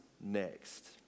next